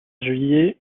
juillet